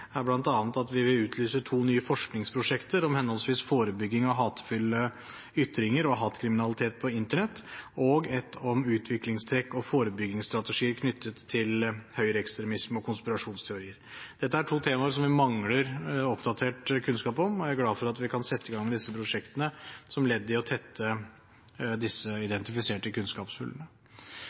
er bl.a. at vi vil utlyse to nye forskningsprosjekter, henholdsvis om forebygging av hatefulle ytringer og hatkriminalitet på Internett og om utviklingstrekk og forebyggingsstrategier knyttet til høyreekstremisme og konspirasjonsteorier. Dette er to temaer som vi mangler oppdatert kunnskap om. Jeg er glad for at vi kan sette i gang disse prosjektene, som ledd i å tette disse